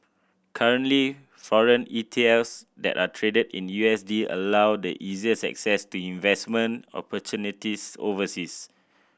currently foreign ETLs that are traded in U S D allow the easiest access to investment opportunities overseas